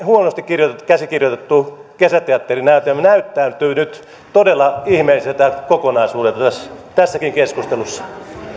huonosti käsikirjoitettu kesäteatterinäytelmä näyttäytyy nyt todella ihmeellisenä kokonaisuutena tässäkin keskustelussa